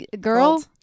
girl